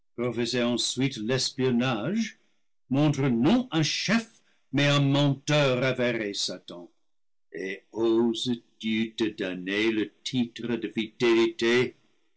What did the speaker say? ensuite l'espionnage montre non un chef mais un menteur avéré satan et oses-tu te donner le titre de